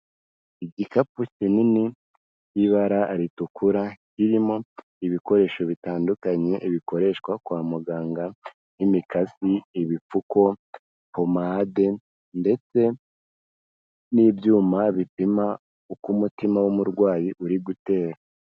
Igikapu kinini k'ibara ritukura kirimo ibikoresho bitandukanye bikoreshwa kwa muganga nk'imikasi, ibipfuko, pomade ndetse n'ibyuma bipima uko umutima w'umurwayi uri gutera.